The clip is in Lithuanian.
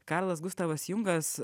karlas gustavas jungas